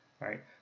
right